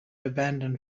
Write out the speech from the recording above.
abandon